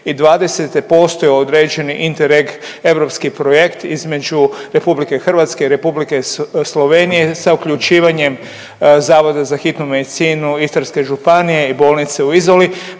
2020. postojao određeni INTERREG europski projekt između Republike Hrvatske i Republike Slovenije sa uključivanjem Zavoda za hitnu medicinu Istarske županije i bolnice u Izoli.